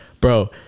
Bro